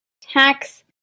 tax